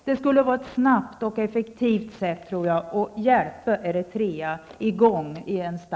Det skulle vara ett snabbt och effektivt sätt att hjälpa Eritrea att komma i gång.